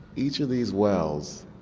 each of these wells,